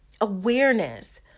Awareness